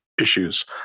issues